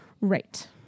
Right